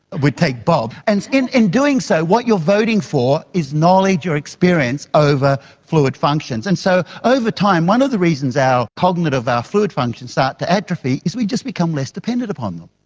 would take bob, and in in doing so what you're voting for is knowledge or experience over fluid functions. and so over time one of the reasons our cognitive or fluid functions start to atrophy is we just become less dependent upon them.